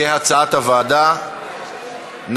כהצעת הוועדה, בקריאה שנייה.